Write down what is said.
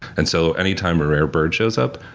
and so any time a rare bird shows up,